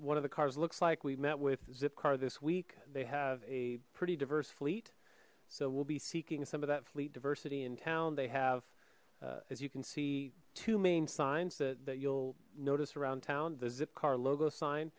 one of the cars looks like we've met with zipcar this week they have a pretty diverse fleet so we'll be seeking some of that fleet diversity in town they have as you can see two main signs that you'll notice around town the zipcar logo sign